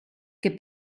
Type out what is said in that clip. che